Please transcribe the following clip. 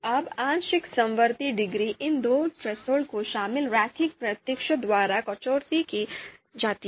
अब आंशिक समवर्ती डिग्री इन दो थ्रेसहोल्ड को शामिल रैखिक प्रक्षेपों द्वारा कटौती की जाती है